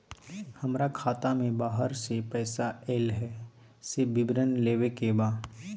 हमरा खाता में बाहर से पैसा ऐल है, से विवरण लेबे के बा?